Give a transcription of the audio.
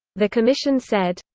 the commission said.